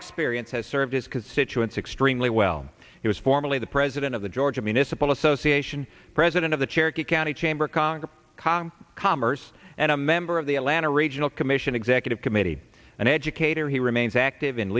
experience has served his constituents extremely well he was formally the president of the georgia municipal association president of the cherokee county chamber of congress ca commerce and a member of the atlanta regional commission executive committee an educator he remains active in